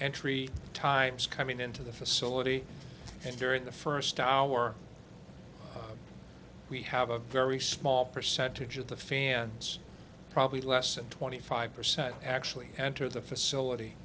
entry types coming into the facility and during the first hour we have a very small percentage of the fans probably less than twenty five percent actually enter the facility